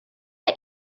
chi